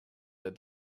that